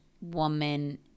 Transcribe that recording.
woman